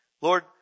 Lord